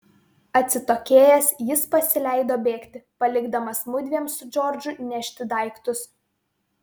atsitokėjęs jis pasileido bėgti palikdamas mudviem su džordžu nešti daiktus